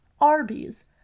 Arby's